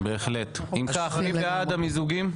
בהחלט, אם כך מי בעד המיזוגים?